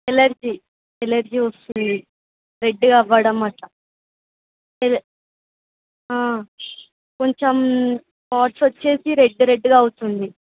allergy allergy వస్తుంది రెడ్డుగా అవ్వడం అట్లా ఎల కొంచెం హాట్స్ వచ్చేసి రెడ్డు రెడ్డుగా అవుతుంది